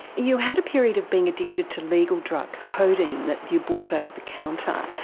you had a period of being addicted to legal drugs, codeine that you bought over-the-counter,